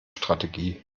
strategie